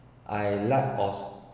I like